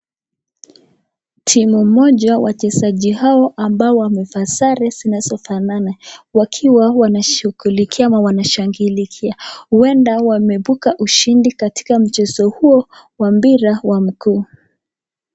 Timu moja wachezaji hao ambao wamevaa sare zinazofanana, wakiwa wanashughulikia ama wanashangilia . Huenda wameibuka ushindi katika mchezo huo wa mpira wa mguu.